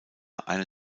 einer